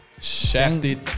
shafted